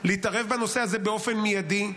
להתערב בנושא הזה באופן מיידי,